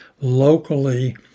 locally